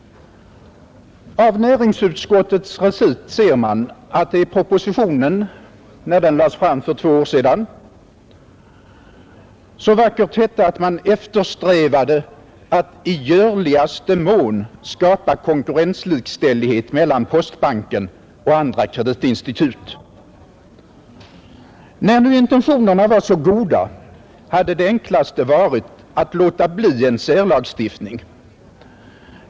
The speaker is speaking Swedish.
Av näringsutskottets recit ser man att det i propositionen, som lades fram för två år sedan, så vackert hette att man eftersträvade att i görligaste mån skapa konkurrenslikställighet mellan postbanken och andra kreditinstitut. När nu intentionerna var så goda, hade det enklaste varit att låta bli en särlagstiftning.